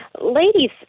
ladies